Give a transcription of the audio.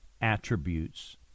attributes